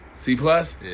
C-plus